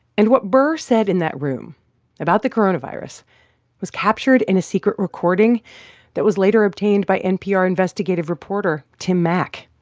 and what burr said in that room about the coronavirus was captured in a secret recording that was later obtained by npr investigative reporter tim mak.